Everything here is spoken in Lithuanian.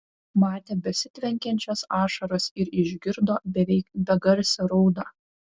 matė besitvenkiančias ašaras ir išgirdo beveik begarsę raudą